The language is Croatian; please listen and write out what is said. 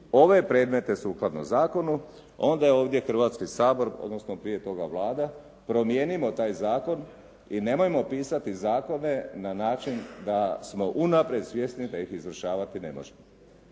ove predmete sukladno zakonu, onda je ovdje Hrvatski sabor, odnosno prije toga Vlada promijenimo taj zakon i nemojmo pisati zakone na način da smo unaprijed svjesni da ih izvršavati ne možemo.